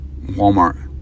Walmart